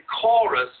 chorus